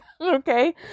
Okay